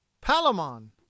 Palamon